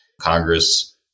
Congress